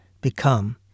become